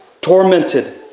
tormented